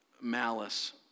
malice